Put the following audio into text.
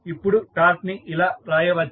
ఇప్పుడు టార్క్ ని ఇలా రాయవచ్చు